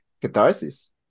catharsis